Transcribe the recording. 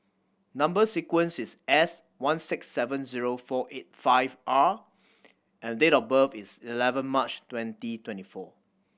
number sequence is S one six seven zero four eight five R and date of birth is eleven March twenty twenty four